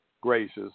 gracious